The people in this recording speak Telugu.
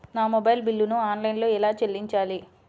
నా మొబైల్ బిల్లును ఆన్లైన్లో ఎలా చెల్లించాలి?